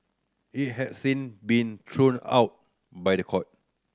it has since been thrown out by the court